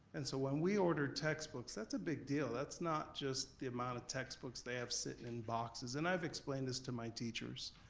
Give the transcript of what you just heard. and so when we order textbooks that's a big deal. that's not just the amount of textbooks that have sitting in boxes. and i've explained this to my teachers.